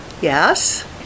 Yes